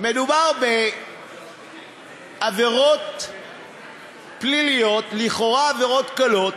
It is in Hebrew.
מדובר בעבירות פליליות, לכאורה עבירות קלות,